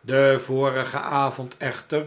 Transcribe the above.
den vorigen avond echter